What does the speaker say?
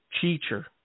teacher